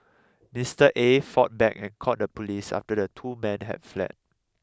Mister Aye fought back and called the police after the two men had fled